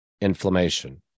inflammation